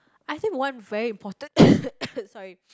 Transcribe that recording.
I save one very important sorry